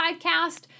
Podcast